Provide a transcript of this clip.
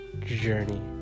journey